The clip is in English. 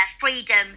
freedom